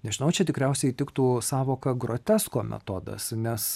nežinau čia tikriausiai tiktų sąvoka grotesko metodas nes